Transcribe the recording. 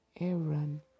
Aaron